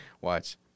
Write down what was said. Watch